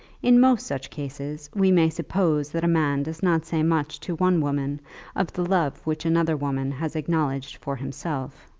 in most such cases we may suppose that a man does not say much to one woman of the love which another woman has acknowledged for himself.